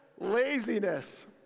laziness